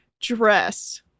dress